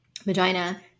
vagina